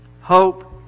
Hope